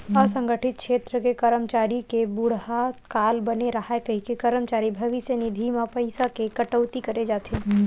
असंगठित छेत्र के करमचारी के बुड़हत काल बने राहय कहिके करमचारी भविस्य निधि म पइसा के कटउती करे जाथे